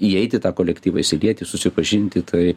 įeiti į tą kolektyvą įsilieti susipažinti tai